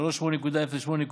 מסווג כפרט מכס 38.08.9490,